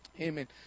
Amen